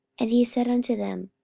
and he said unto them,